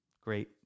great